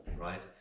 right